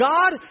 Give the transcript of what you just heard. God